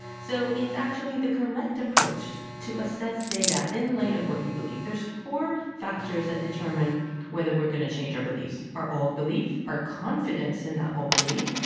so it's actually the correct approach to assess data in light of what you believe there's four factors that determine whether we're going to change our beliefs our old belief, our confidence in that old belief,